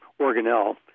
organelle